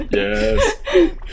Yes